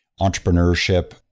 entrepreneurship